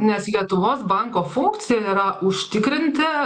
nes lietuvos banko funkcija yra užtikrinti